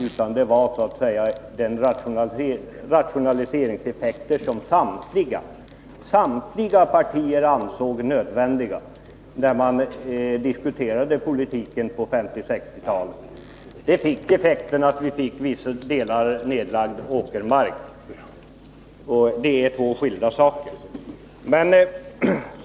Men samtliga partier ansåg denna rationalisering nödvändig, när jordbruket diskuterades på 1950 och 1960-talen. Följden blev att vissa delar av åkermarken lades ned. Det är två skilda saker.